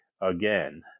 again